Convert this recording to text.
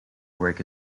work